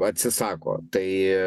atsisako tai